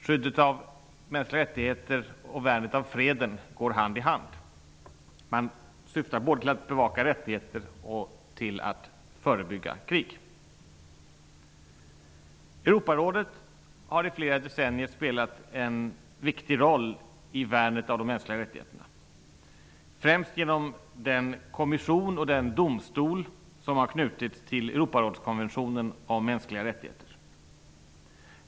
Skyddet av mänskliga rättigheter och värnandet om freden går hand i hand. Man syftar både till att bevaka rättigheter och att förebygga krig. Europarådet har i flera decennier spelat en viktig roll när det gäller att värna de mänskliga rättigheterna, främst genom den kommission och den domstol som har knutits till Europarådskonventionen om mänskliga rättigheter.